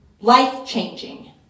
Life-changing